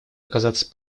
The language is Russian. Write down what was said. оказаться